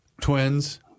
Twins